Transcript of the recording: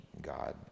God